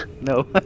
No